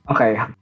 Okay